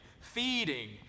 feeding